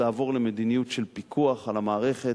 לעבור למדיניות של פיקוח על המערכת,